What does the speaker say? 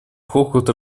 хохот